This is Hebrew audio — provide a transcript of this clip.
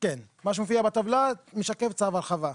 כן, מה שמופיע בטבלה משקף את צו ההרחבה.